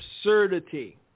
absurdity